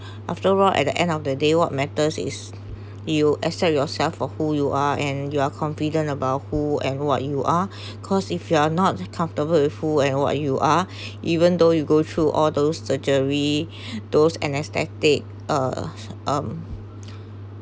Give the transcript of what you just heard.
after all at the end of the day what matters is you accept yourself for who you are and you are confident about who and what you are cause if you are not comfortable with who and what you are even though you go through all those surgery those anesthetic uh um